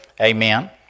Amen